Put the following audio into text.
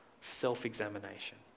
self-examination